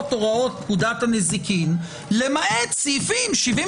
הוראות פקודת הנזיקין למעט סעיפים 71,